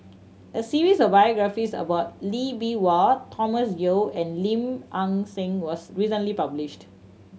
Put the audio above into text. a series of biographies about Lee Bee Wah Thomas Yeo and Lim Nang Seng was recently published